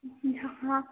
हाँ